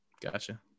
Gotcha